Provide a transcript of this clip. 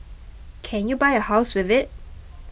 can you buy a house with it